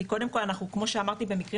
כי קודם כל אנחנו כמו שאמרתי במקרים